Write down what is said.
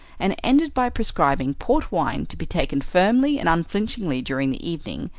and ended by prescribing port wine to be taken firmly and unflinchingly during the evening,